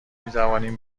میتوانیم